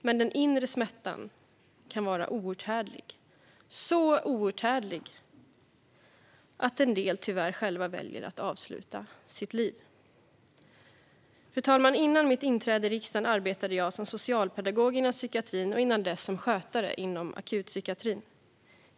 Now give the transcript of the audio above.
Men den inre smärtan kan vara outhärdlig, så outhärdlig att en del tyvärr väljer att själva avsluta sitt liv. Före mitt inträde i riksdagen, fru talman, arbetade jag som socialpedagog inom psykiatrin och innan dess som skötare inom akutpsykiatrin.